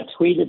tweeted